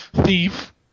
Thief